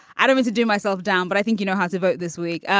i don't mean to do myself down, but i think you know how to vote this week.